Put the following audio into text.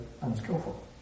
unskillful